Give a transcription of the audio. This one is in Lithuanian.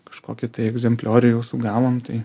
kažkokį tai egzempliorių jau sugavom tai